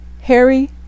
Harry